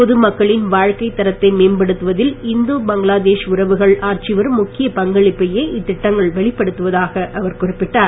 பொது மக்களின் வாழ்க்கைத் தரத்தை மேம்படுத்துவதில் இந்தோ பங்களாதேஷ் உறவுகள் ஆற்றிவரும் முக்கியப் பங்களிப்பையே இத்திட்டங்கள் வெளிப்படுத்துவதாக அவர் குறிப்பிட்டார்